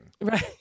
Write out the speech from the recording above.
Right